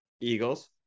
Eagles